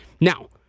Now